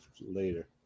Later